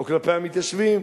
או כלפי המתיישבים,